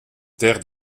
terres